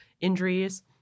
injuries